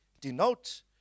denote